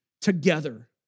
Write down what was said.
together